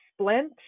splint